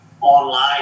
online